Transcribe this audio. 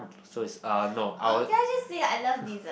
uh can I just say I love dessert